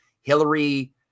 Hillary